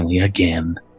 again